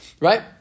right